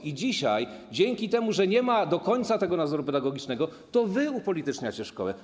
I dzisiaj dzięki temu, że nie ma do końca tego nadzoru pedagogicznego, to wy upolityczniacie szkołę.